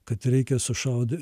kad reikia sušaudyt